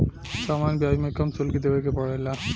सामान्य ब्याज में कम शुल्क देबे के पड़ेला